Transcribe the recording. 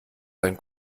sein